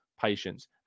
patience